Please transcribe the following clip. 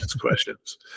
questions